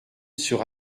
sur